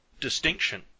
distinction